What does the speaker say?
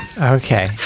Okay